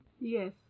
Yes